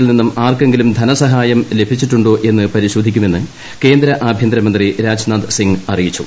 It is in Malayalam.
ൽ നിന്നും ആർക്കെങ്കിലും ധനസഹായം ലഭിക്കുന്നുണ്ടോയെന്ന് പരിശോധിക്കുമെന്ന് കേന്ദ്ര ആഭ്യന്തരമന്ത്രി രാജ്നാഥ് സിംഗ് അറിയിച്ചു